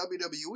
WWE